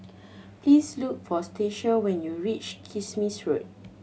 please look for Stacia when you reach Kismis Road